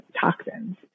toxins